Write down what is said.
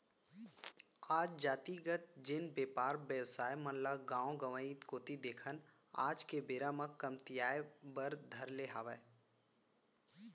आज जातिगत जेन बेपार बेवसाय मन ल गाँव गंवाई कोती देखन आज के बेरा म कमतियाये बर धर ले हावय